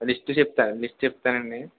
list చెప్తా list చెప్తానండి